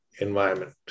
environment